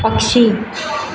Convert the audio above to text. पक्षी